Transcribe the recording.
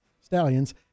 Stallions